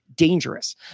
Dangerous